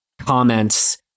comments